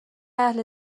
اهل